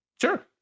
Sure